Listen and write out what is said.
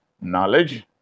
knowledge